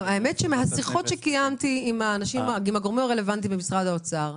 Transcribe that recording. גם האמת היא שמהשיחות שקיימתי עם הגורמים הרלוונטיים במשרד האוצר,